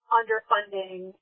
underfunding